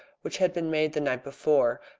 which had been made the night before,